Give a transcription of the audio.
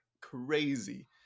crazy